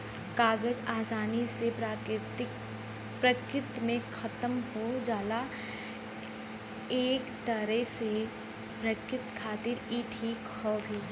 कागज आसानी से प्रकृति में खतम हो जाला एक तरे से प्रकृति खातिर इ ठीक भी हौ